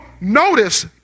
notice